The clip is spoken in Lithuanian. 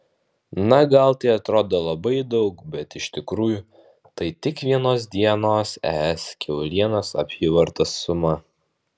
na gal tai atrodo labai daug bet iš tikrųjų tai tik vienos dienos es kiaulienos apyvartos suma